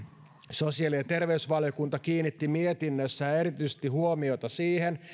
sosiaali ja terveysvaliokunta kiinnitti mietinnössään erityisesti huomiota siihen